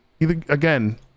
again